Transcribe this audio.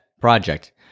project